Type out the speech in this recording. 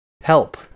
Help